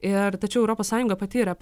ir tačiau europos sąjunga pati yra